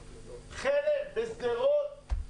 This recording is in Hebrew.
--- בשדרות.